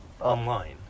online